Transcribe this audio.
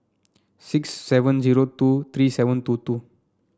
six seven zero two three seven two two